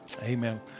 Amen